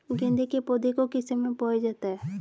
गेंदे के पौधे को किस समय बोया जाता है?